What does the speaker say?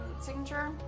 signature